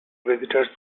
visitors